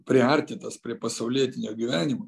priartintas prie pasaulietinio gyvenimo